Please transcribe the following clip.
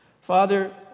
Father